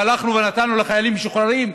שהלכנו ונתנו לחיילים משוחררים,